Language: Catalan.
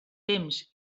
temps